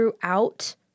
throughout